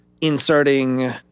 inserting